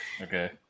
Okay